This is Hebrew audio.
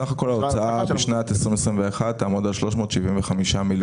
סך כל ההוצאה בשנת 2021 תעמוד על 375 מיליון שקלים.